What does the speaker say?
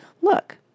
Look